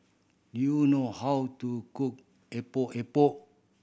do you know how to cook Epok Epok